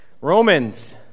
Romans